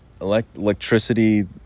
electricity